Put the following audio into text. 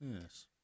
Yes